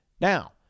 now